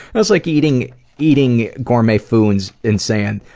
that's like eating eating gourmet foods and saying,